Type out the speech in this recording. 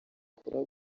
akora